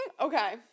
Okay